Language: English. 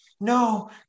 no